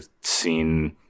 seen